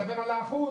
אתה מדבר על ה-1%?